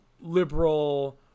liberal